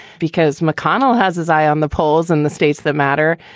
because mcconnell has his eye on the polls in the states that matter.